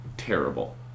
terrible